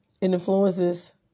influences